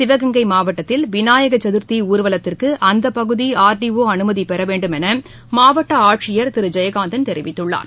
சிவகங்கை மாவட்டத்திற்கு விநாயகர் சதுர்த்தி ஊர்வலகத்திற்கு அந்த பகுதி ஆர் டி ஒ அனுமதி பெற வேண்டும் என மாவட்ட ஆட்சியர் திரு ஜெயகாந்தன் தெரிவித்தார்